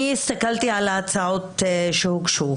אני הסתכלתי על ההצעות שהוגשו.